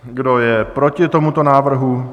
Kdo je proti tomuto návrhu?